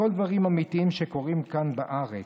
הכול דברים אמיתיים שקורים כאן בארץ.